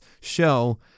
show